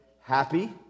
happy